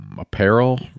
Apparel